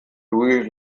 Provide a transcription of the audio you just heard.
louis